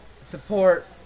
support